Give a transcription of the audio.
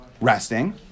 resting